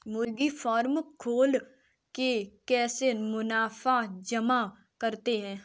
मुर्गी फार्म खोल के कैसे मुनाफा कमा सकते हैं?